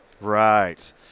Right